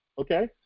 Okay